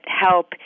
help